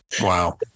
Wow